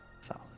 Solid